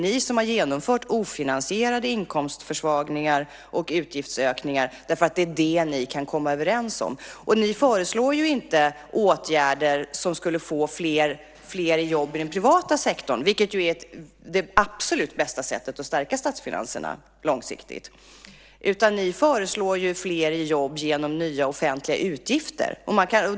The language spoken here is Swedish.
Ni har genomfört ofinansierade inkomstförsvagningar och inkomstökningar, för det är vad ni kan komma överens om. Ni föreslår inga åtgärder som skulle leda till fler jobb i den privata sektorn, vilket ju är det absolut bästa sättet att långsiktigt stärka statsfinanserna. Ni föreslår fler jobb genom nya offentliga utgifter.